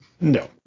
No